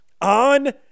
on